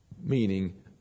meaning